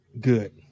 good